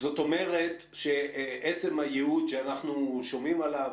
זאת אומרת שעצם הייעוד שאנחנו שומעים עליו,